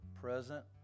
present